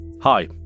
Hi